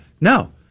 No